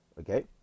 Okay